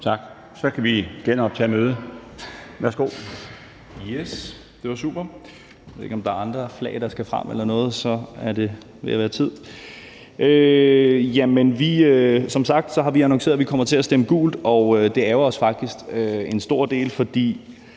Tak. Så kan vi genoptage mødet. Værsgo.